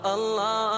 Allah